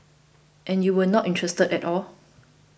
and you were not interested at all